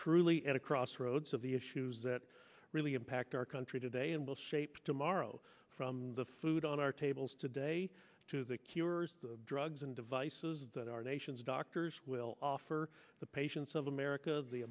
truly at a crossroads of the issues that really impact our country today and will shape tomorrow from the food on our tables today to the cures drugs and devices that our nation's doctors will offer the patients of america the